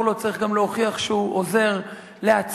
לו צריך גם להוכיח שהוא עוזר לעצמו.